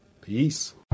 Peace